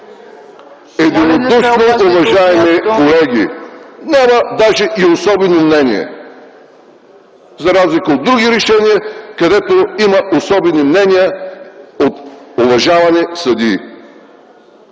Единодушно, уважаеми колеги! Няма даже и особено мнение, за разлика от други решения, където има особени мнения от уважавани съдии.